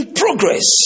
progress